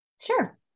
Sure